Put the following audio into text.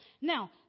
Now